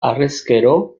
harrezkero